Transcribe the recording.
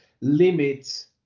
limits